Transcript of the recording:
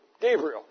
Gabriel